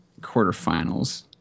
quarterfinals